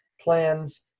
plans